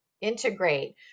integrate